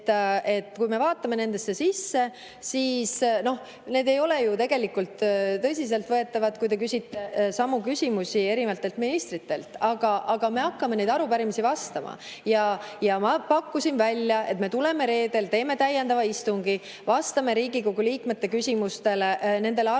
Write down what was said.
Kui me neid vaatame, siis näeme, et need ei ole ju tegelikult tõsiselt võetavad. Te küsite samu küsimusi erinevatelt ministritelt. Aga me hakkame neile arupärimistele vastama. Ma pakkusin välja, et tuleme reedel, teeme täiendava istungi, vastame Riigikogu liikmete küsimustele, nendele arupärimistele.